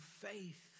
faith